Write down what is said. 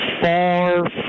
far